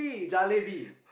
jalebi